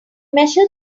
measure